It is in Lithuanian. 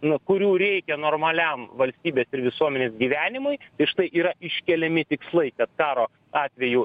nu kurių reikia normaliam valstybės ir visuomenės gyvenimui ir štai yra iškeliami tikslai kad karo atveju